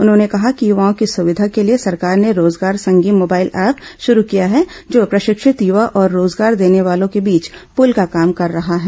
उन्होंने कहा कि युवाओं की सुविधा के लिए सरकार ने रोजगार संगी मोबाइल ऐप शुरू किया है जो प्रशिक्षित युवा और रोजगार देने वालों के बीच पुल का काम कर रहा है